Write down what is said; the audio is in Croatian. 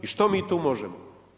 I što mi tu možemo?